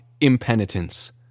impenitence